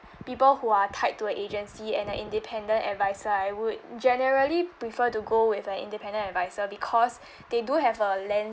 people who are tied to a agency and a independent adviser I would generally prefer to go with an independent adviser because they do have a lens